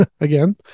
again